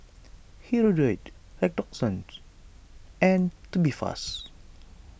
Hirudoid Redoxon and Tubifast